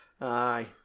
Aye